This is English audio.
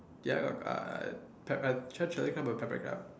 ya I got uh I tried chili crab or pepper crab